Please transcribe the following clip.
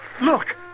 Look